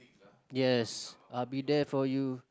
yes I'll be there for you